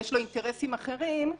יש לו אינטרסים אחרים.